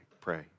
pray